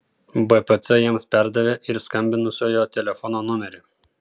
bpc jiems perdavė ir skambinusiojo telefono numerį